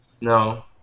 No